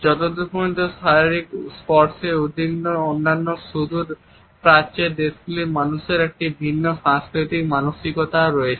যতদূর পর্যন্ত শারীরিক স্পর্শে উদ্বিগ্ন অন্যান্য সুদূর প্রাচ্যের দেশগুলির মানুষদের একটি ভিন্ন সাংস্কৃতিক মানসিকতা রয়েছে